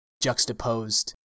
juxtaposed